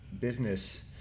business